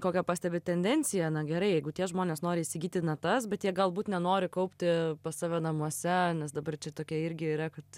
kokią pastebit tendenciją na gerai jeigu tie žmonės nori įsigyti natas bet jie galbūt nenori kaupti pas save namuose nes dabar čia tokia irgi yra kad